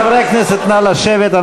חברי הכנסת, נא לשבת.